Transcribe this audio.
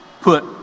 put